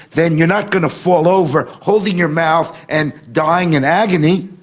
then you're not going to fall over holding your mouth and dying in agony.